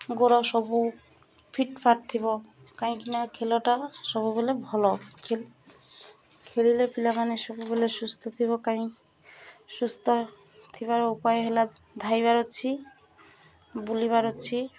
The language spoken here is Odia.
ଗୋର ସବୁ ଫିଟ୍ଫାଟ୍ ଥିବ କାହିଁକିନା ଖେଲଟା ସବୁବେଲେ ଭଲ ଖେଳିଲେ ପିଲାମାନେ ସବୁବେଲେ ସୁସ୍ଥ ଥିବ କାହିଁ ସୁସ୍ଥ ଥିବାର ଉପାୟ ହେଲା ଧାଇଁବାର ଅଛି ବୁଲିବାର ଅଛି